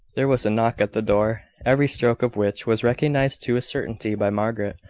there was a knock at the door, every stroke of which was recognised to a certainty by margaret.